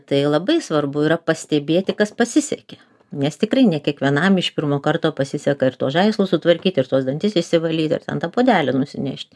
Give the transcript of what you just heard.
tai labai svarbu yra pastebėti kas pasisekė nes tikrai ne kiekvienam iš pirmo karto pasiseka ir tuos žaislus sutvarkyt ir tuos dantis išsivalyt ir ten tą puodelį nusinešt